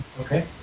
Okay